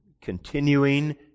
continuing